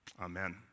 amen